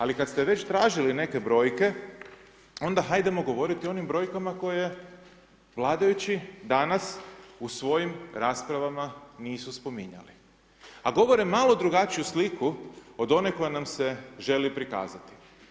Ali kad ste već tražili neke brojke onda hajdemo govoriti o onim brojkama koje vladajući danas u svojim raspravama nisu spominjale, a govore malo drugačiju sliku od one koja nam se želi prikazati.